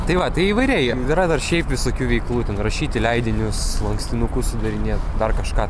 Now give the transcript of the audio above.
tai va tai įvairiai yra dar šiaip visokių veiklų ten rašyti leidinius lankstinukus sudarinėt dar kažką